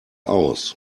aus